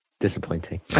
Disappointing